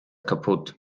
kaputt